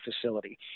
facility